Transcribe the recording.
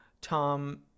tom